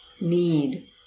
need